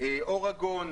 אורגון,